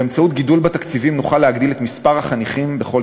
באמצעות גידול בתקציבים נוכל להגדיל את מספר החניכים בכל